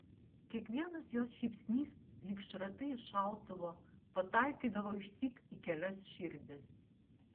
kiekvienas jos šypsnys lyg šratai iš šautuvo pataikydavo išsyk į kelias širdis